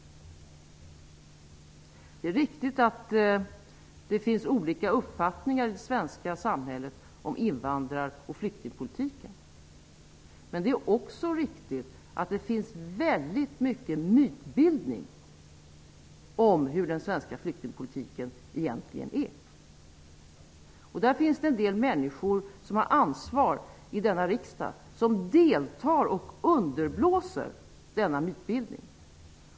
Det är riktigt att det finns olika uppfattningar i det svenska samhället om invandrar och flyktingpolitiken. Men det är också riktigt att det finns väldigt mycket mytbildning kring vad den svenska flyktingpolitiken egentligen innebär. Det finns en del människor i denna riksdag som har ansvar och som deltar i och underblåser denna mytbildning.